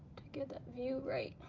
to get that view right.